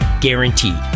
Guaranteed